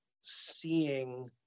seeing